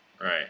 Right